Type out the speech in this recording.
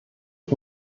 ich